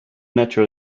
metro